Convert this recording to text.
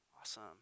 awesome